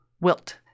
wilt